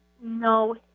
no